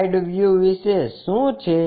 side view વિશે શું છે